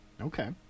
Okay